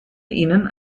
ihnen